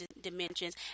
dimensions